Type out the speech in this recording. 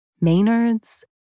Maynard's